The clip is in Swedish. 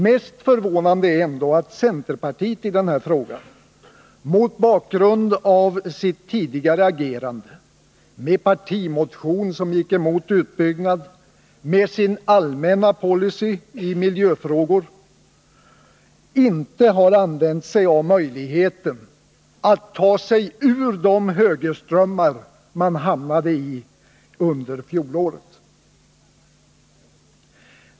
Mest förvånande är ändå att centerpartiet i denna fråga, mot bakgrund av sitt tidigare agerande och med en partimotion som gick emot en utbyggnad, med sin allmänna policy i miljöfrågor, inte har använt sig av möjligheten att ta sig ur de högerströmmar man hamnade i under fjolåret.